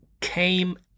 came